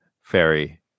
fairy